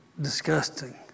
disgusting